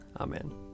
Amen